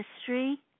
history